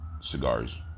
cigars